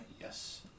Yes